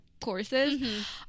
courses